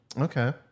Okay